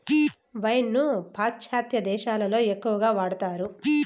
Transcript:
wine ను పాశ్చాత్య దేశాలలో ఎక్కువగా వాడతారు